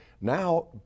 Now